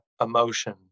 emotion